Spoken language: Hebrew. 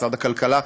משרד הכלכלה.